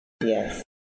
Yes